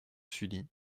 sully